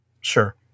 Sure